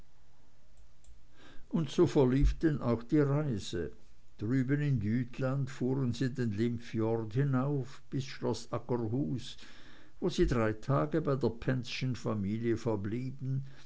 versichern so verlief denn auch die reise drüben in jütland fuhren sie den limfjord hinauf bis schloß aggerhuus wo sie drei tage bei der penzschen familie verblieben